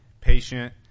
patient